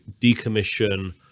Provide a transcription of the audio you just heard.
decommission